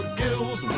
gills